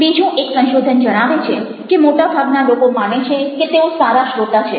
બીજું એક સંશોધન જણાવે છે કે મોટાભાગના લોકો માને છે કે તેઓ સારા શ્રોતા છે